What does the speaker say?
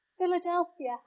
Philadelphia